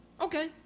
Okay